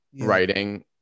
writing